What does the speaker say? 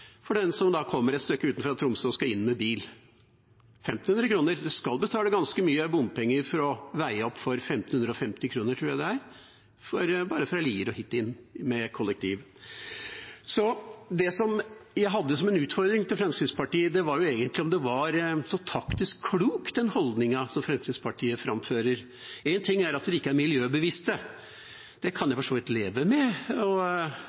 for den som kommer fra et stykke utenfor Tromsø og skal inn med bil. En skal betale ganske mye bompenger for å veie opp for 1 550 kr, tror jeg det er, bare fra Lier og hit inn, med kollektiv. Det jeg hadde som en utfordring til Fremskrittspartiet, var egentlig om den var så taktisk klok, den holdningen som Fremskrittspartiet framfører. Én ting er at de ikke er miljøbevisste, det kan jeg for så vidt leve med.